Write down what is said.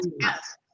Yes